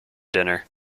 dinner